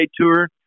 Tour